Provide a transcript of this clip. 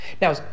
Now